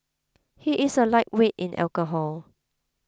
he is a lightweight in alcohol